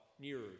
nearer